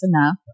enough